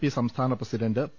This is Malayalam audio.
പി സംസ്ഥാന പ്രസിഡണ്ട് പി